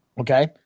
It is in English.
Okay